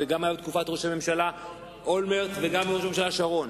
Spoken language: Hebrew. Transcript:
זה היה גם בתקופת ראש הממשלה אולמרט וראש הממשלה שרון.